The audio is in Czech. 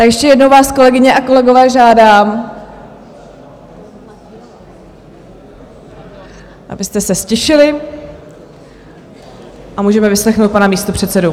Tak ještě jednou vás, kolegyně a kolegové, žádám, abyste se ztišili, a můžeme vyslechnout pana místopředsedu.